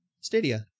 Stadia